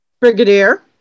Brigadier